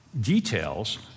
details